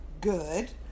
Good